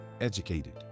educated